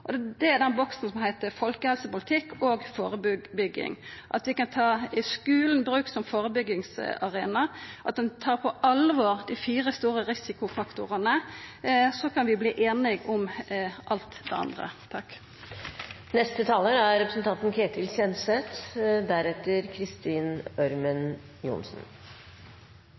den boksen som heiter «folkehelsepolitikk og førebygging», slik at vi kan ta skulen i bruk som førebyggingsarena, og at ein tar på alvor dei fire store risikofaktorane. Då kan vi verta einige om alt det andre. Først ros til representanten